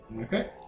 Okay